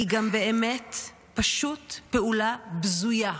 היא גם באמת פשוט פעולה בזויה.